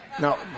no